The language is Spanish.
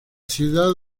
ciudad